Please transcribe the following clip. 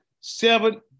seven